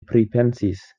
pripensis